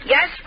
Yes